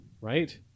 Right